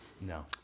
No